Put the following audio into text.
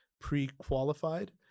pre-qualified